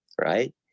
right